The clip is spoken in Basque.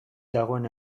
dagoen